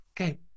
okay